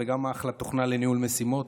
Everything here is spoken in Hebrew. וגם אחלה תוכנה לניהול משימות,